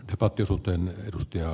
arvoisa puhemies